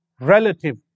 relative